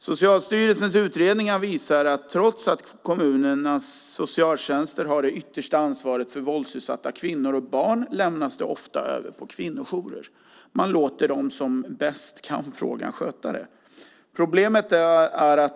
Socialstyrelsens utredningar visar att trots att kommunernas socialtjänster har det yttersta ansvaret för våldsutsatta kvinnor och barn lämnas det ofta över på kvinnojourer. Man låter dem som bäst kan frågan sköta det.